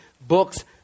books